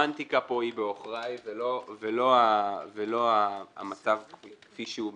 הסמנטיקה פה היא בעוכריי ולא המצב כפי שהוא באמת.